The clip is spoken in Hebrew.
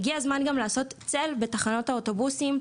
הגיע הזמן לעשות צל בתחנות האוטובוסים,